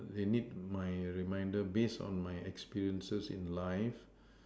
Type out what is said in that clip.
they need my reminder based on my experiences in life